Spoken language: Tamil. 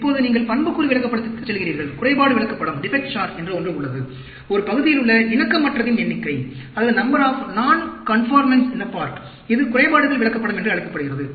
இப்போது நீங்கள் பண்புக்கூறு விளக்கப்படத்திற்குச் செல்கிறீர்கள் குறைபாடு விளக்கப்படம் என்று ஒன்று உள்ளது ஒரு பகுதியிலுள்ள இணக்கமற்றதின் எண்ணிக்கை இது குறைபாடுகள் விளக்கப்படம் என்று அழைக்கப்படுகிறது